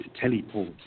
teleport